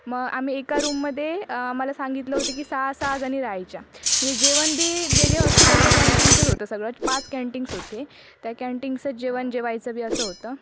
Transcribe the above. मग आम्ही एका रूममध्ये आम्हाला सांगितलं होतं की सहा सहाजणी राहायच्या मी जेवण बी जे जे हॉस्पिटलच्या कँटीगचंच होतं सगळं पाच कॅन्टीग्स होते त्या कँटींगचंच जेवण जेवायचं पण असं होतं